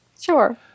sure